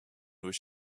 was